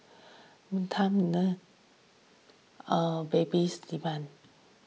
time none babies demand